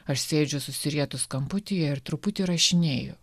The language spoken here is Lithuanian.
aš sėdžiu susirietus kamputyje ir truputį rašinėju